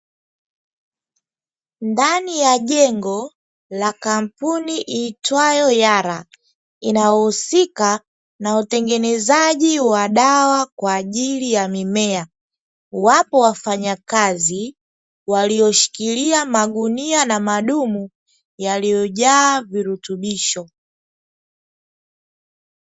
Ndani ya jengo la kampuni iitwayo YARA inayohusika na utengenezaji wa dawa kwa ajili ya mimea, wapo wafanyakazi walioshikilia magunia na madumu yaliyojaa virutubisho.